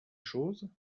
chose